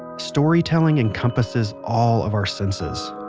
storytelling and empasses all of our senses.